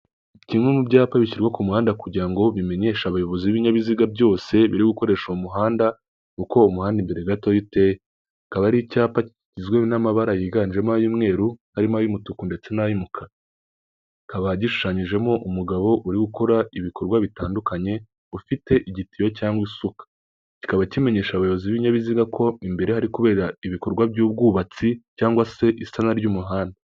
Kimwe mu byapa bishyirwa ku muhanda kugirango bimenyeshe abayobozi b'ibinyabiziga byose biri gukoresha uwo muhanda, uko uwo umuhanda imbere gatoya uteye. Akaba ari icyapa kigizwe n'amabara yiganjemo ay'umweruru arimo ay'umutuku ndetse n'ay'umukara, kikaba gishushanyijemo umugabo urigukora ibikorwa bitandukanye ufite igitiyo cyangwa isuka. Kikaba kimenyesha abayobozi b'ibinyabiziga ko imbere ari kubera ibikorwa by'ubwubatsi cyangwa se isana ry'umuhanda.